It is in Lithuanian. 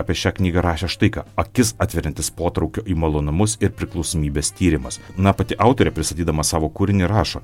apie šią knygą rašė štai ką akis atveriantis potraukio į malonumus ir priklausomybės tyrimas na pati autorė pristatydama savo kūrinį rašo